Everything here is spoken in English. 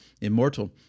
Immortal